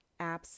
apps